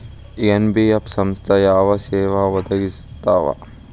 NBF ಸಂಸ್ಥಾ ಯಾವ ಸೇವಾ ಒದಗಿಸ್ತಾವ?